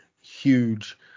huge